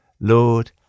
Lord